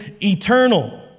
eternal